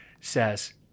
says